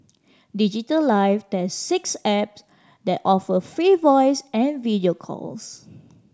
Digital Life tests six apps that offer free voice and video calls